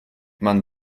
man